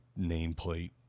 nameplate